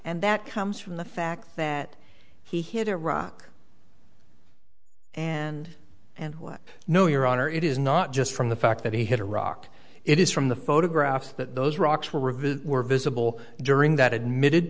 and that comes from the fact that he hit a rock and and what no your honor it is not just from the fact that he hit iraq it is from the photographs that those rocks were revealed were visible during that admitted